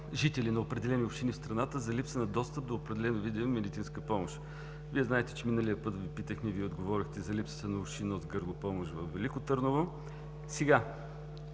жители на определени общини в страната за липса на достъп до определен вид медицинска помощ. Вие знаете, че миналия път Ви питахме и Вие отговорихте за липсата на помощ „уши-нос-гърло“ във Велико Търново.